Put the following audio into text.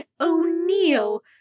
O'Neill